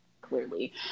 clearly